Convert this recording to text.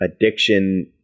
addiction